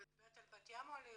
את מדברת על בת ים או על ירושלים?